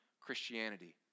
Christianity